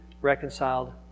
reconciled